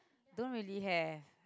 don't really have